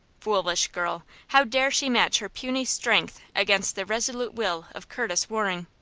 foolish girl, how dare she match her puny strength against the resolute will of curtis waring?